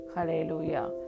Hallelujah